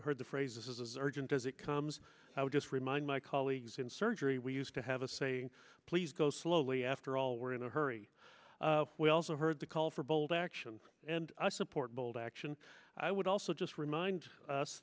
heard the phrase this is as urgent as it comes i would just remind my colleagues in surgery we used to have a saying please go slowly after all we're in a hurry we also heard the call for bold action and i support bold action i would also just remind us